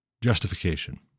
justification